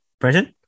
Present